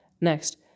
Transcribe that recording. Next